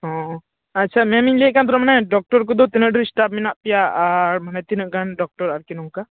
ᱦᱚᱸ ᱟᱪᱪᱷᱟ ᱢᱮᱢᱤᱧ ᱞᱟᱹᱭᱮᱫ ᱠᱟᱱ ᱛᱟᱦᱮᱱᱟ ᱰᱚᱠᱴᱚᱨ ᱠᱚᱫᱚ ᱛᱤᱱᱟᱹᱜ ᱰᱷᱮᱨ ᱮᱥᱴᱟᱯ ᱢᱮᱱᱟᱜ ᱯᱮᱭᱟ ᱟᱨ ᱢᱟᱱᱮ ᱛᱤᱱᱟᱹᱜ ᱜᱟᱱ ᱰᱚᱠᱴᱚᱨ ᱟᱨᱠᱤ ᱱᱚᱝᱠᱟ